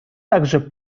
также